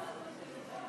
בקריאה ראשונה.